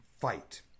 fight